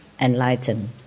enlightened